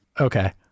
okay